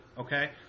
okay